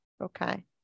Okay